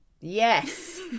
Yes